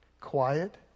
Quiet